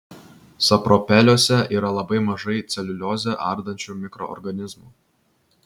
sapropeliuose yra labai mažai celiuliozę ardančių mikroorganizmų